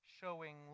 showing